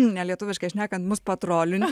ne lietuviškai šnekant mus patrolinti